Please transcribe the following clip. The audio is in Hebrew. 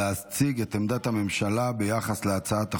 להציג את עמדת הממשלה ביחס להצעת החוק.